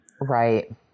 right